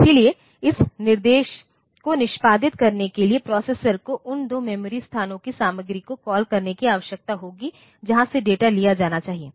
इसलिए इस निर्देश को निष्पादित करने के लिए प्रोसेसर को उन 2 मेमोरी स्थानों की सामग्री को कॉल करने की आवश्यकता होगी जहां से डेटा लिया जाना चाहिए